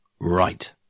Right